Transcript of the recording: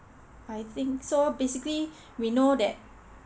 I think so basically we know that